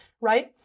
right